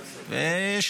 ראשונה.